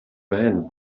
van